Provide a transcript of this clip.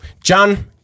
John